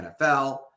NFL